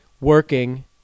Working